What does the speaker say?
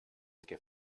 que